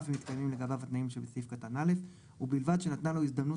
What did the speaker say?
אף אם מתקיימים לגביו התנאים שבסעיף קטן א' ובלבד שנתנה לו הזדמנות